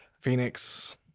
Phoenix